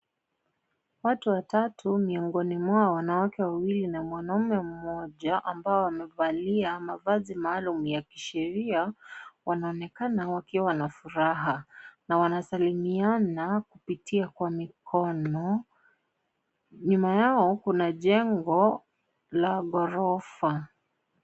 Watu watatu miongoni mwao wanawake wawili na mwanaume mmoja ambao wamevalia mavazi maalum ya kisheria wanaonekana wakiwa na furaha na wanasalamiana kupitia kwa mikono, nyuma yao kuna jengo la ghorofa.